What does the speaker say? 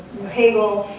new hayrol,